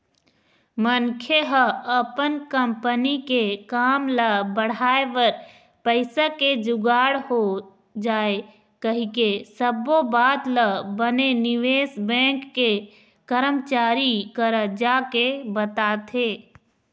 मनखे ह अपन कंपनी के काम ल बढ़ाय बर पइसा के जुगाड़ हो जाय कहिके सब्बो बात ल बने निवेश बेंक के करमचारी करा जाके बताथे